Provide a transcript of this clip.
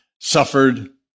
suffered